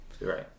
Right